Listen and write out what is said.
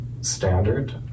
standard